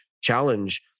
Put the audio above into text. challenge